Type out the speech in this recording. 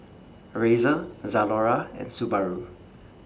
Razer Zalora and Subaru